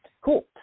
cool